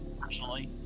Personally